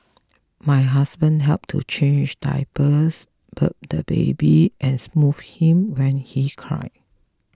my husband helped to change diapers burp the baby and soothe him when he cried